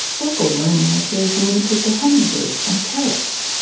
vocal learning appears limited to hummingbirds and parrots,